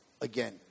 again